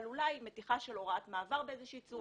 אבל אולי מתיחה של הוראת מעבר באיזו שהיא צורה,